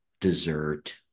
dessert